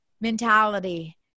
mentality